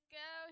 go